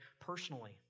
personally